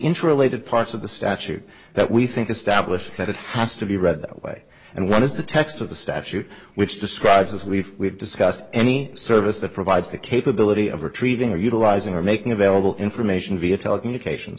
interrelated parts of the statute that we think established that it has to be read that way and one is the text of the statute which describes as we've discussed any service that provides the capability of retrieving or utilizing or making available information via telecommunications